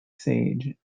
sage